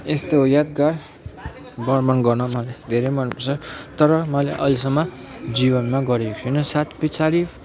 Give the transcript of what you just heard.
यस्तो हो यादगार भ्रमण गर्न मलाई धेरै मनपर्छ तर मैले अहिलेसम्म जीवनमा गरेको छुइनँ सायद पछाडि